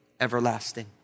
everlasting